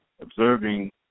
Observing